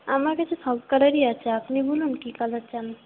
আমার কাছে সবকটারই আছে আপনি বলুন কী কালার চান